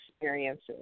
experiences